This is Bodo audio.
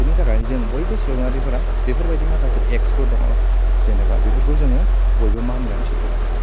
बेनि थाखाय जोंखौ बयबो सुबुंआरिफोरा बेफोरबायदि माखासे एक्ट्स फोर दङ जेनेबा बेफोरखौ बयबो मानिनानो सोलिनांगोन